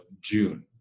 June